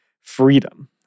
freedom